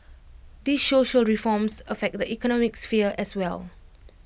these social reforms affect the economic sphere as well